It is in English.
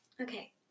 Okay